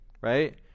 right